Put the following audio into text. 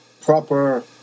proper